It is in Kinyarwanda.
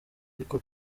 ariko